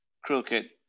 crooked